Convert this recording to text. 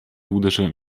uderzyłem